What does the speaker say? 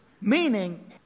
Meaning